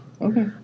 Okay